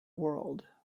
world